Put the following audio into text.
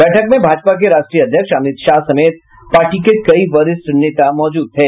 बैठक में ाजपा के राष्ट्रीय अध्यक्ष अमित शाह समेत पार्टी के कई वरिष्ठ नेता मौजूद थे